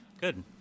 Good